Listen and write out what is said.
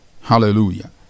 Hallelujah